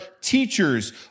teachers